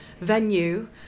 venue